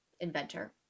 inventor